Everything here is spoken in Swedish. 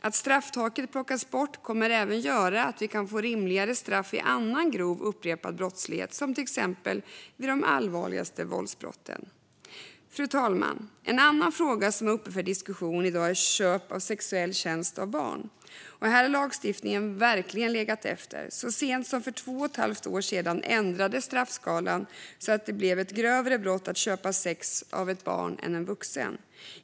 Att strafftaket plockas bort kommer även att göra att vi kan få rimligare straff vid annan grov upprepad brottslighet, till exempel vid de allvarligaste våldsbrotten. Fru talman! En annan fråga som är uppe för diskussion i dag är köp av sexuell tjänst av barn. Här har lagstiftningen verkligen legat efter. Så sent som för två och ett halvt år sedan ändrades straffskalan så att det blev ett grövre brott att köpa sex av ett barn än av en vuxen.